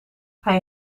hij